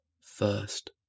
first